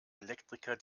elektriker